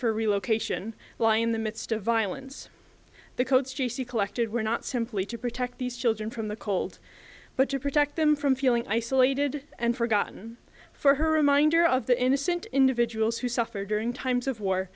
for relocation why in the midst of violence the codes to see collected were not simply to protect these children from the cold but to protect them from feeling isolated and forgotten for her reminder of the innocent individuals who suffer during times of war